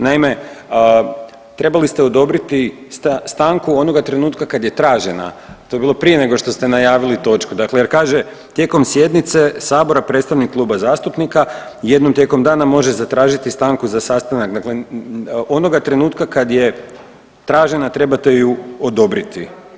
Naime, trebali ste odobriti stanku onoga trenutka kad je tražena, to je bilo prije nego što ste najavili točku dakle jer kaže tijekom sjednice sabora predstavnik kluba zastupnika jednom tijekom dana može zatražiti stanku za sastanak, dakle onoga trenutka kad je tražena trebate ju odobriti.